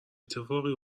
اتفاقی